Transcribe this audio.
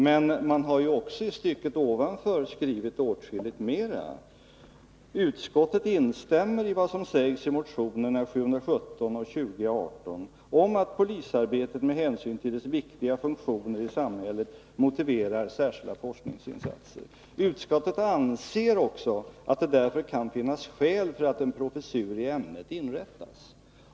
Men man har ett stycke ovanför skrivit åtskilligt mer, nämligen att ”utskottet instämmer i vad som sägs i motionerna 717 och 2018 om att polisarbetet med hänsyn till dess viktiga funktioner i samhället motiverar särskilda forskningsinsatser. Utskottet anser också att det därför kan finnas skäl för att en professur i ämnet inrättas ——-—".